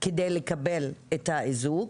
כדי לקבל את האיזוק.